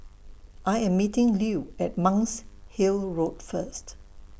I Am meeting Lew At Monk's Hill Road First